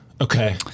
Okay